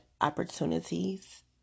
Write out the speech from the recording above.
opportunities